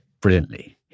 brilliantly